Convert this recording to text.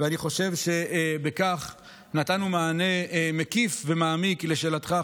ואני חושב שבכך נתנו מענה מקיף ומעמיק לשאלתך,